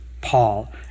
Paul